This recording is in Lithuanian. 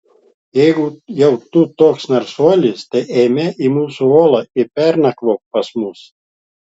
jeigu jau tu toks narsuolis tai eime į mūsų olą ir pernakvok pas mus